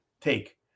take